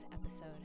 episode